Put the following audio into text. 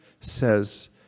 says